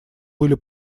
были